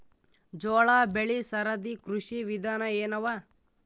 ಜೋಳ ಬೆಳಿ ಸರದಿ ಕೃಷಿ ವಿಧಾನ ಎನವ?